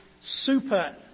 super